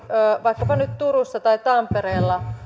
vaikkapa nyt turussa tai tampereella